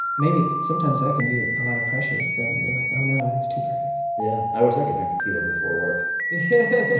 maybe sometimes that can be a lot of pressure. then you're like, oh, no, everything's too perfect yeah. i wish i could drink tequila before work yeah,